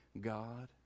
God